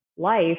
life